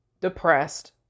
depressed